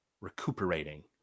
recuperating